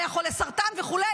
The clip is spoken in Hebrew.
היה חולה סרטן וכו'.